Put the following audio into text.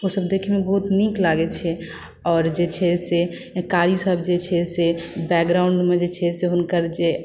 ओ सभ देखैमे बहुत नीक लागै छै आओर जे छै से कारी सभ जे छै से बैकग्राउण्ड मे जे छै से हुनकर जे